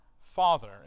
Father